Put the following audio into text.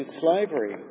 slavery